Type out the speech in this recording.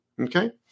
okay